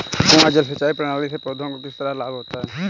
कुआँ जल सिंचाई प्रणाली से पौधों को किस प्रकार लाभ होता है?